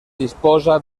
disposa